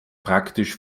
praktisch